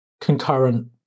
concurrent